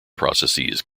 processes